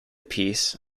piece